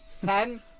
ten